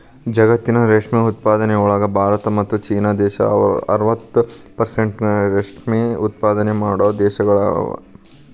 ಜಗತ್ತಿನ ರೇಷ್ಮೆ ಉತ್ಪಾದನೆಯೊಳಗ ಭಾರತ ಮತ್ತ್ ಚೇನಾ ದೇಶ ಅರವತ್ ಪೆರ್ಸೆಂಟ್ನಷ್ಟ ರೇಷ್ಮೆ ಉತ್ಪಾದನೆ ಮಾಡೋ ದೇಶಗಳಗ್ಯಾವ